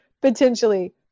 potentially